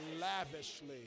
lavishly